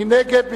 מי נגד?